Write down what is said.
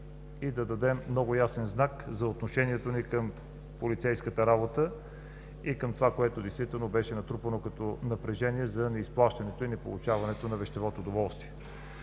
и да дадем много ясен знак за отношението ни към полицейската работа и към това, което беше натрупано като напрежение за неизплащането и неполучаването на вещевото доволствие.